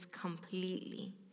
completely